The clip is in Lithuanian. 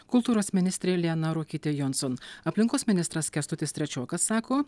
kultūros ministrė liana ruokytė jonson aplinkos ministras kęstutis trečiokas sako